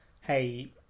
hey